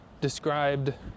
described